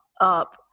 up